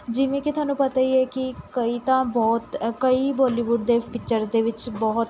ਜਿਵੇਂ ਕਿ ਤੁਹਾਨੂੰ ਪਤਾ ਹੀ ਹੈ ਕਿ ਕਈ ਤਾਂ ਬਹੁਤ ਕਈ ਬੋਲੀਵੁੱਡ ਦੇ ਪਿੱਚਰ ਦੇ ਵਿੱਚ ਬਹੁਤ